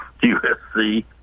USC